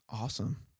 awesome